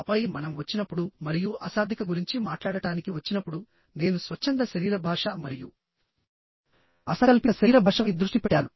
ఆపై మనం వచ్చినప్పుడు మరియు అశాబ్దిక గురించి మాట్లాడటానికి వచ్చినప్పుడు నేను స్వచ్ఛంద శరీర భాష మరియు అసంకల్పిత శరీర భాషపై దృష్టి పెట్టాను